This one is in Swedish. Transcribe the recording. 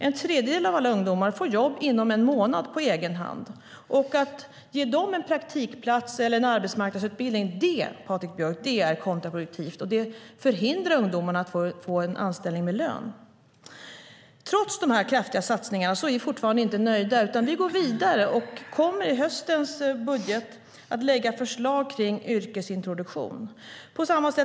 En tredjedel av alla ungdomar får jobb inom en månad på egen hand. Att ge dem en praktikplats eller en arbetsmarknadsutbildning, Patrik Björck, är kontraproduktivt. Och det hindrar ungdomarna att få en anställning med lön. Trots de kraftiga satsningarna är vi fortfarande inte nöjda, utan vi går vidare och kommer i höstens budget att lägga fram förslag kring yrkesintroduktion.